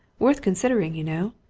worth considering, you know.